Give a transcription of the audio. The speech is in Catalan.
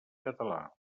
català